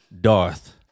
Darth